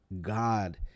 God